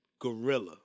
gorilla